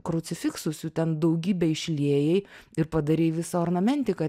krucifiksus jų ten daugybę išliejai ir padarei visą ornamentiką